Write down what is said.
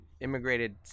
immigrated